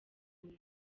huye